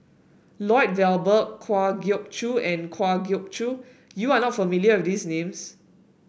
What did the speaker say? Lloyd Valberg Kwa Geok Choo and Kwa Geok Choo you are not familiar with these names